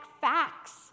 facts